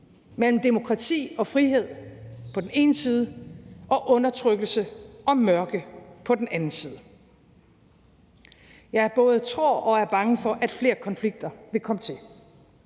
mellem demokrati og frihed på den ene side og undertrykkelse og mørke på den anden side. Jeg både tror og er bange for, at flere konflikter vil komme til,